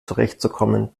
zurechtzukommen